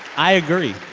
i agree.